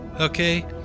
okay